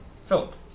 Philip